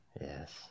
Yes